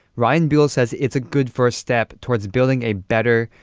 ryan buell says it's a good first step towards building a better,